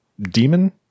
demon